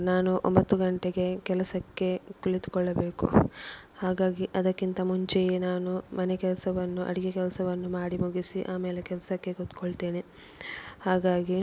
ನಾನು ಒಂಬತ್ತು ಗಂಟೆಗೆ ಕೆಲಸಕ್ಕೆ ಕುಳಿತುಕೊಳ್ಳಬೇಕು ಹಾಗಾಗಿ ಅದಕ್ಕಿಂತ ಮುಂಚೆಯೆ ನಾನು ಮನೆ ಕೆಲಸವನ್ನು ಅಡುಗೆ ಕೆಲಸವನ್ನು ಮಾಡಿ ಮುಗಿಸಿ ಆಮೇಲೆ ಕೆಲಸಕ್ಕೆ ಕುತ್ಕೊಳ್ತೇನೆ ಹಾಗಾಗಿ